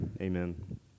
amen